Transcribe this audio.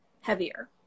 heavier